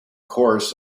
chorus